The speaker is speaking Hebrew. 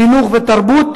חינוך ותרבות,